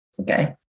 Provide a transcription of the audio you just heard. Okay